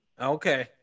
Okay